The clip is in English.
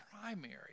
primary